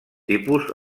tipus